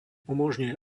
umožňuje